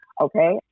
okay